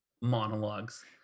monologues